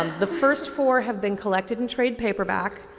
the first four have been collected in trade paperback.